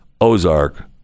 Ozark